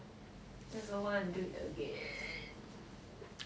I don't want to do that again